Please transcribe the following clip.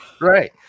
Right